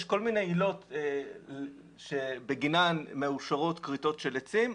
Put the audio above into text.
יש כל מיני עילות בגינן מאושרות כריתות של עצים.